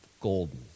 golden